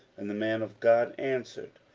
and the man of god answered,